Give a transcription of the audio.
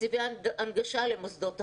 תקציבי הנגשה למוסדות החינוך.